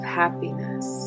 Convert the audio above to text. happiness